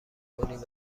کنید